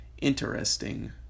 interesting